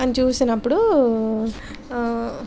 అని చూసినప్పుడు